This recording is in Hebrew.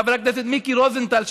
חבר הכנסת מיקי רוזנטל,